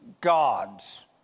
gods